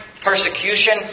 persecution